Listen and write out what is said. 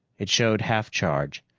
it showed half-charge.